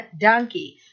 donkey